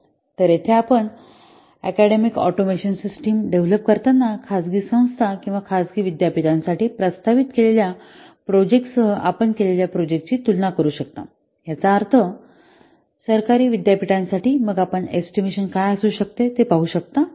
तर येथे आपण अकॅडेमिक ऑटोमेशन सिस्टिम डेव्हलप करताना खाजगी संस्था किंवा खाजगी विद्यापीठासाठी प्रस्तावित केलेल्या प्रोजेक्टसह आपण केलेल्या प्रोजेक्टाची तुलना करू शकता याचा अर्थ सरकारी विद्यापीठासाठी मग आपण एस्टिमेशन काय असू शकता ते पाहू शकता